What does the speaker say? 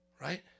Right